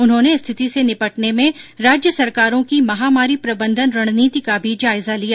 उन्होंने स्थिति से निपटने में राज्य सरकारों की महामारी प्रबंधन रणनीति का भी जायजा लिया